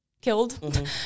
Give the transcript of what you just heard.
killed